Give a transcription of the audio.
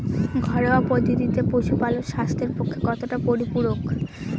ঘরোয়া পদ্ধতিতে পশুপালন স্বাস্থ্যের পক্ষে কতটা পরিপূরক?